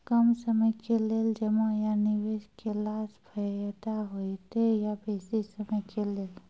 कम समय के लेल जमा या निवेश केलासॅ फायदा हेते या बेसी समय के लेल?